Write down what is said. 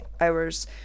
hours